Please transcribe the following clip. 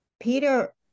Peter